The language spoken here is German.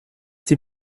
die